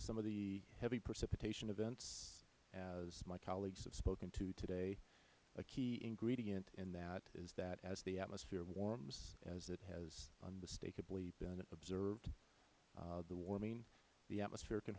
some of the heavy precipitation events as my colleagues have spoken to today a key ingredient in that is that as the atmosphere warms as it has unmistakably been observed the warming the atmosphere can